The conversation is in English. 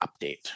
update